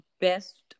best